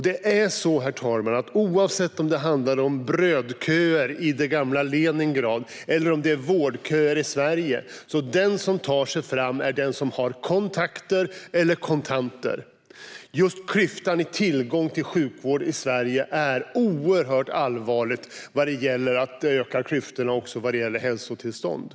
Det är så, herr talman, att oavsett om det handlar om brödköer i det gamla Leningrad eller vårdköer i Sverige är den som tar sig fram den som har kontakter eller kontanter. Just klyftan vad gäller tillgång till sjukvård i Sverige är oerhört allvarlig, eftersom den ökar klyftorna också vad gäller hälsotillstånd.